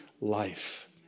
life